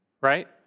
right